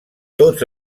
tots